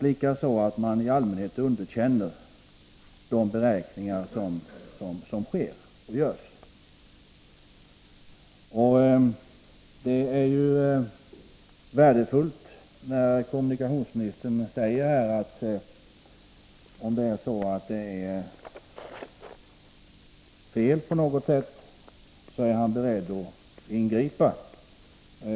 Likaså underkänner man i allmänhet de beräkningar som görs. Kommunikationsministern sade här att om det är något som är fel är han beredd att ingripa.